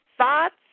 Thoughts